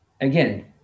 again